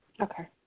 Okay